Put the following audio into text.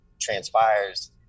transpires